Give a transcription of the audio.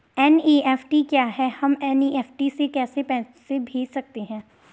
NEFT क्या है हम एन.ई.एफ.टी से कैसे पैसे भेज सकते हैं?